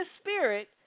spirit